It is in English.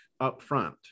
upfront